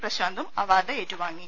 പ്രശാന്തും award ഏറ്റുവാങ്ങി